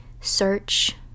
search